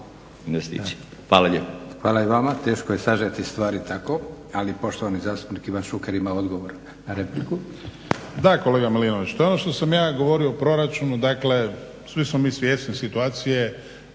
Hvala i vama. Teško je sažeti stvari tako. Ali poštovani zastupnik Ivan Šuker ima odgovor na repliku.